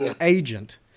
agent